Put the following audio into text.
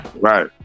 Right